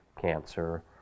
cancer